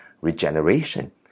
regeneration